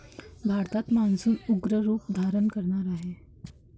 भारतात मान्सून उग्र रूप धारण करणार आहे